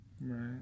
Right